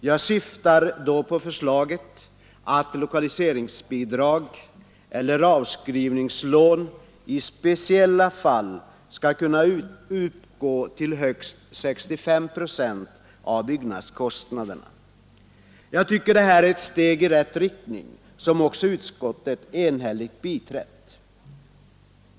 Jag syftar då på förslaget att lokaliseringsbidrag eller avskrivningslån i speciella fall skall kunna utgå till högst 65 procent av byggnadskostnaderna. Jag tycker att detta är ett steg i rätt riktning, och utskottet har också enhälligt biträtt förslaget.